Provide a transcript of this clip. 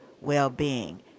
well-being